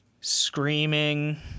screaming